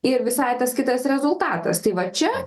ir visai tas kitas rezultatas tai va čia